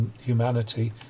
humanity